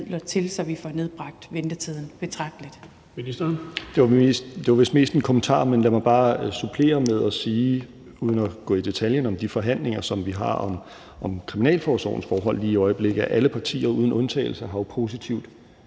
til, så vi får nedbragt ventetiden betragteligt.